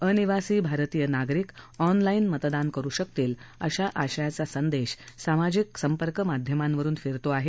अनिवासी भारतीय नागरिक ऑनलाईन मतदान करु शकतील अशा आशयाचा संदेश सामाजिक संपर्क माध्यमावरून फिरतो आहे